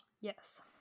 Yes